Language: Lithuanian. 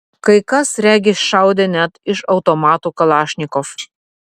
kai kas regis šaudė net iš automatų kalašnikov